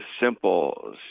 simple